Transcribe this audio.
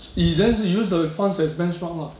eh then you use the funds as benchmark lah